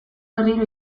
berriro